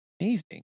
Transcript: Amazing